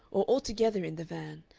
or altogether in the van,